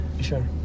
sure